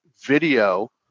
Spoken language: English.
video